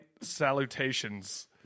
salutations